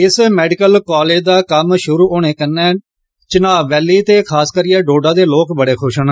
इस medical college दा कम्म शुरु होने कन्नै चिनाव वैली ते खास करियै डोडा दे लोक बड़े खुश न